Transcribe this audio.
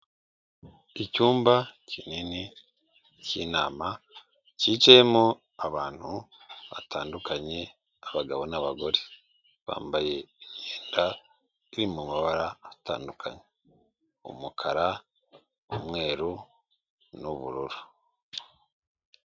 Icyumba kinini cy'inama, kicayemo abantu batandukanye abagabo n'abagore, bambaye imyenda iri mabara atandukanye, umukara umweru n'ubururu.